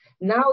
Now